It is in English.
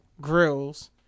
grills